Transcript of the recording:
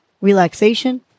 relaxation